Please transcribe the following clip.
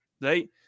right